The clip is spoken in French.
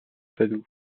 padoue